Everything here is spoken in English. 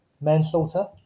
manslaughter